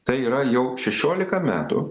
tai yra jau šešiolika metų